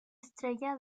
estrella